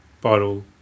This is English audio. bottle